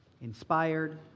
inspired